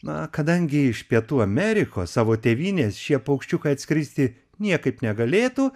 na kadangi iš pietų amerikos savo tėvynės šie paukščiukai atskristi niekaip negalėtų